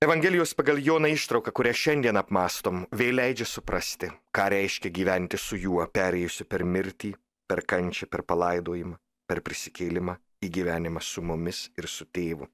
evangelijos pagal joną ištrauka kurią šiandien apmąstom vėl leidžia suprasti ką reiškia gyventi su juo perėjusiu per mirtį per kančią per palaidojimą per prisikėlimą į gyvenimą su mumis ir su tėvu